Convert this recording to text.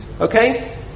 Okay